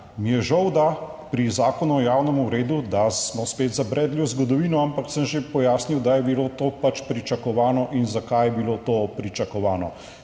mi je žal, da pri Zakonu o javnem redu, da smo spet zabredli v zgodovino, ampak sem že pojasnil, da je bilo to pač pričakovano in zakaj je bilo to pričakovano.